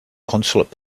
consulate